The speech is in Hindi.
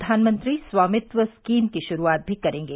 प्रधानमंत्री स्वामित्व स्कीम की शुरूआत भी करेंगे